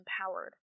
empowered